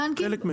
חלק, חלק מהם.